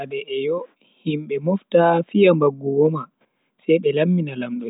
Nyalande eyo, himbe mofta fiya mbanggu woma, sai be lammina lamdo kesum.